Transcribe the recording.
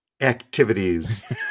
activities